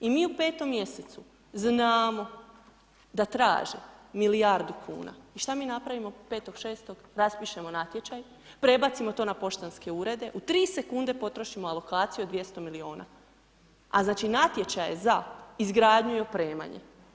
I mi u 5. mj. znamo da traže milijardu kuna, i šta mi napravimo 5.6., raspišemo natječaj, prebacimo to na poštanske urede, u 3 sekunde potrošimo alokaciju od 200 milijuna a znači natječaj je za izgradnju i opremanje.